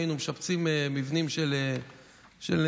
היינו משפצים מבנים של מבוגרים,